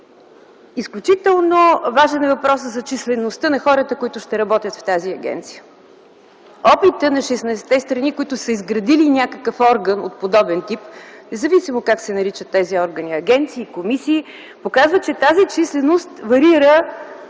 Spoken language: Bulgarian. Изключително важен е въпросът за числеността на хората, които ще работят в тази агенция. Опитът на 16-те страни, които са изградили някакъв орган от подобен тип, независимо как се наричат тези органи – агенции, комисии, показва, че тази численост варира